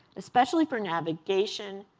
especially for navigation,